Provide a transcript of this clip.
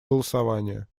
голосования